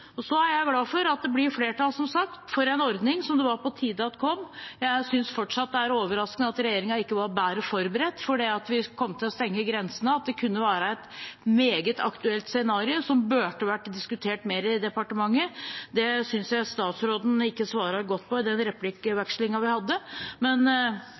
og de har gjort en stor innsats. Så er jeg glad for at det blir flertall, som sagt, for en ordning som det var på tide kom. Jeg synes fortsatt det er overraskende at regjeringen ikke var bedre forberedt på at vi kom til å stenge grensene, og at det kunne være et meget aktuelt scenario som burde vært diskutert mer i departementet. Det synes jeg ikke statsråden svarte godt på i den replikkvekslingen vi hadde. Men